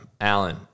Alan